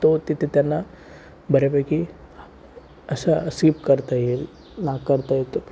तो तिथे त्यांना बऱ्यापैकी असा स्किप करता येईल ला करता येतोच